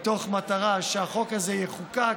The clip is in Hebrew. כדי שהחוק הזה יחוקק